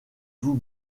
vous